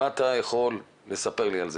מה אתה יכול לספר לי על זה?